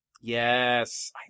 Yes